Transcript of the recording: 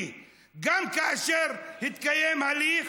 רגע אחד: אולי נמחק גם את מה שהוא אמר לשר ומה שהשר אמר עליו,